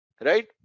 right